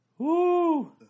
Woo